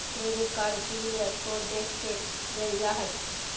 credit card CIBIL score देख के देल जा हइ